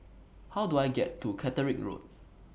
How Do I get to Catterick Road